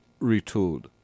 retooled